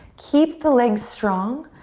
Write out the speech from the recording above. keep the legs strong,